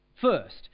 first